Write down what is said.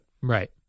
Right